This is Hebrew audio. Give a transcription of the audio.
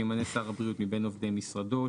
שימנה שר הבריאות מבין עובדי משרדו,